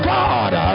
God